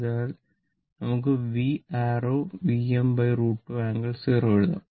അതിനാൽ നമുക്ക് V അരരൌ Vm√ 2 ആംഗിൾ 0o എഴുതാം